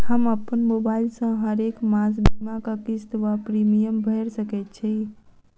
हम अप्पन मोबाइल सँ हरेक मास बीमाक किस्त वा प्रिमियम भैर सकैत छी?